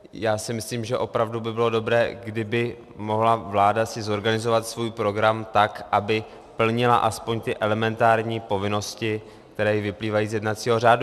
Já si myslím, že opravdu by bylo dobré, kdyby si mohla vláda zorganizovat svůj program tak, aby plnila aspoň ty elementární povinnosti, které ji vyplývají z jednacího řádu.